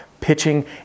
pitching